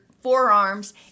forearms